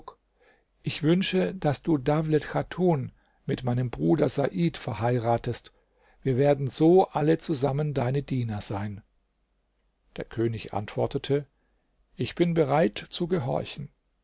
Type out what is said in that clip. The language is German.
ich wünsche daß du dawlet chatun mit meinem bruder said verheiratest wir werden so alle zusammen deine diener sein der könig antwortete ich bin bereit zu gehorchen